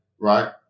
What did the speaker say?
Right